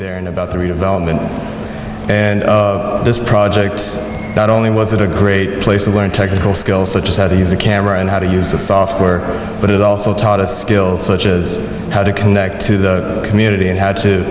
there in about the redevelopment and this project not only was it a great place to learn technical skills such as how to use a camera and how to use the software but it also taught us skills such as how to connect to the community and how to